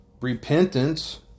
repentance